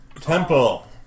Temple